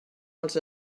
els